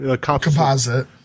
Composite